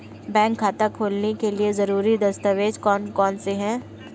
Bank खाता खोलने के लिए ज़रूरी दस्तावेज़ कौन कौनसे हैं?